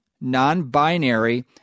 non-binary